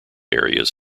areas